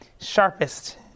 sharpest